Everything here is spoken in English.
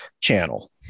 channel